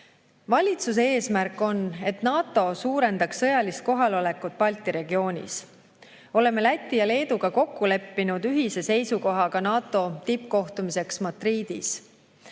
Valitsuse eesmärk on, et NATO suurendaks sõjalist kohalolekut Balti regioonis. Oleme Läti ja Leeduga kokku leppinud ühise seisukoha ka NATO tippkohtumiseks Madridis.